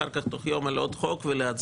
אחר כך תוך יום על עוד חוק ולהצביע.